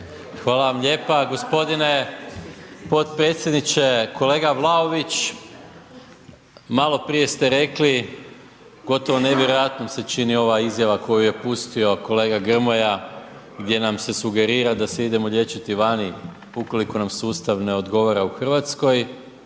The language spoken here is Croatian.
Hvala vam lijepa gospodine potpredsjedniče. Kolega Vlaović, malo prije ste rekli, gotovo nevjerojatnom se čini ova izjava koju je pustio kolega Grmoja gdje nam se sugerira da se idemo liječiti vani ukoliko nam sustav ne odgovara u Hrvatskoj.